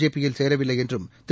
JP யில் சேரவில்லை என்றும் திரு